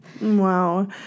Wow